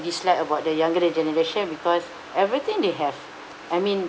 dislike about the younger generation because everything they have I mean